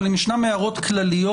אבל אם ישנן הערות כלליות,